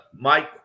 Mike